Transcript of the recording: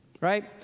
right